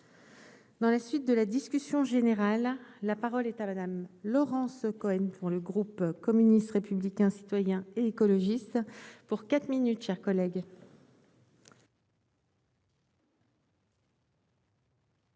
Dans la suite de la discussion générale, la parole est à Madame Laurence Cohen pour le groupe communiste, républicain, citoyen et écologiste pour 4 minutes chers collègues.